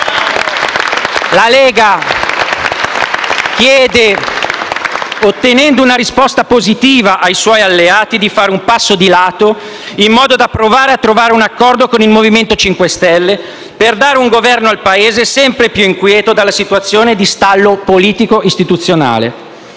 La Lega ha chiesto, ottenendo una risposta positiva, ai suoi alleati di fare un passo di lato, in modo da provare a trovare un accordo con il Movimento 5 Stelle per dare un Governo al Paese, sempre più inquieto a causa della situazione di stallo politico istituzionale.